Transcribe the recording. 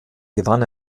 gewann